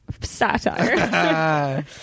satire